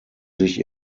sich